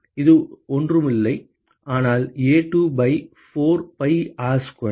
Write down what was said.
அது ஒன்றும் இல்லை ஆனால் A2 by 4 by R square